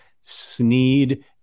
Sneed